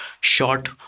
short